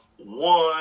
one